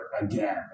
again